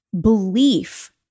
belief